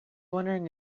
wondering